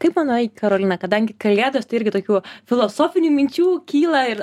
kaip manai karolina kadangi kalėdos tai irgi tokių filosofinių minčių kyla ir